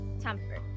temper